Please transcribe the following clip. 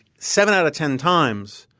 seven out of ten times,